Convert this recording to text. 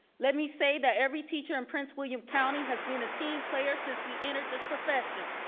let me say that every teacher in prince william county has been a team player since we entered this profession.